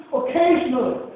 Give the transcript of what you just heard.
occasionally